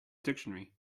dictionary